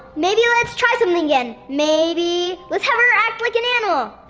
maybe let's try something again. maybe let's have her act like an animal!